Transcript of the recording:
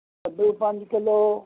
ਕੱਦੂ ਪੰਜ ਕਿੱਲੋ